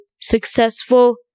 successful